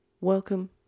welcome